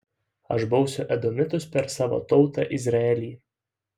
aš bausiu edomitus per savo tautą izraelį